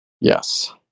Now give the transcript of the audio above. Yes